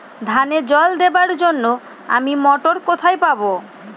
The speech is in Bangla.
ধানে জল দেবার জন্য আমি মটর কোথায় পাবো?